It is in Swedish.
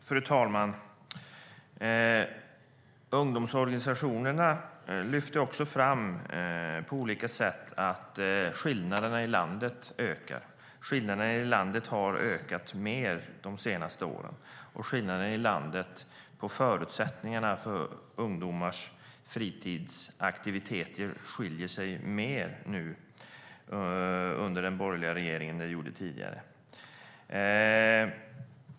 Fru talman! Ungdomsorganisationerna lyfter på olika sätt fram att skillnaderna i landet ökar. Skillnaderna i landet har ökat mer de senaste åren, och skillnaderna i landet när det gäller förutsättningarna för ungdomars fritidsaktiviteter är större nu under den borgerliga regeringen än de var tidigare.